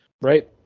Right